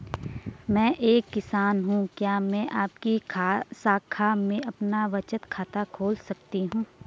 मैं एक किसान हूँ क्या मैं आपकी शाखा में अपना बचत खाता खोल सकती हूँ?